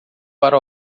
para